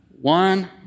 One